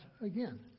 again